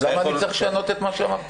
אז למה אני צריך לשנות את מה שאמרתי?